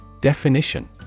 Definition